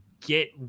get